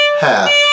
half